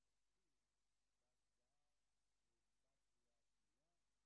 ראשית נתחיל בהצבעה בקריאה השנייה.